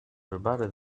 verbale